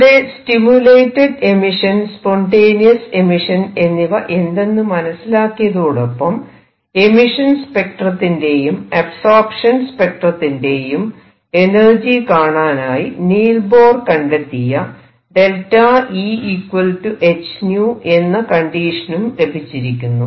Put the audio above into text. ഇവിടെ stimulated emission spontaneous emission എന്നിവ എന്തെന്ന് മനസിലാക്കിയതോടൊപ്പം എമിഷൻ സ്പെക്ട്രത്തിന്റെയും അബ്സോർപ്ഷൻ സ്പെക്ട്രത്തിന്റെയും എനർജി കാണാനായി നീൽസ് ബോർ കണ്ടെത്തിയ E h𝞶 എന്ന കണ്ടീഷനും ലഭിച്ചിരിക്കുന്നു